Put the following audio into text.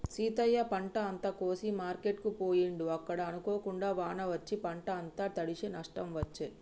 సీతయ్య పంట అంత కోసి మార్కెట్ కు పోయిండు అక్కడ అనుకోకుండా వాన వచ్చి పంట అంత తడిశె నష్టం వచ్చే